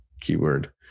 keyword